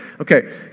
Okay